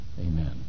Amen